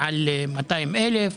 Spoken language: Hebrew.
מעל 200,000,